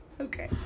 Okay